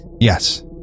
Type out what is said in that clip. Yes